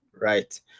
Right